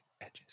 edges